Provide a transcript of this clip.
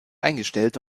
eingestellt